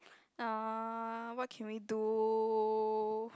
ah what can we do